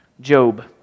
Job